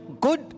good